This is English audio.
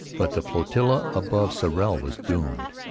but the flotilla above sorel was doomed.